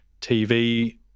TV